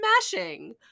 smashing